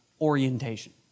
orientation